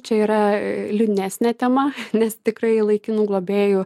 čia yra liūdnesnė tema nes tikrai laikinų globėjų